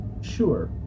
Sure